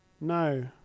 No